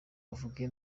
avuga